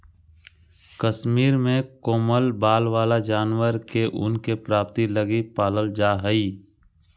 कश्मीर में कोमल बाल वाला जानवर के ऊन के प्राप्ति लगी पालल जा हइ